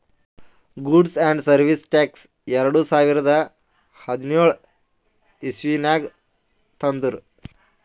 goods and service tax ಎರಡು ಸಾವಿರದ ಹದಿನ್ಯೋಳ್ ಇಸವಿನಾಗ್ ತಂದುರ್